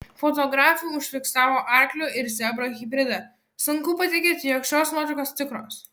fotografė užfiksavo arklio ir zebro hibridą sunku patikėti jog šios nuotraukos tikros